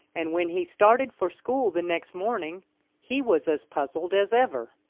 and when he started for school the next morning he was as puzzled as ever.